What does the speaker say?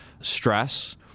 stress